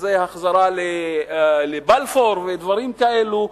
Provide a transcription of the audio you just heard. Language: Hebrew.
שזה החזרה לבלפור ודברים כאלו.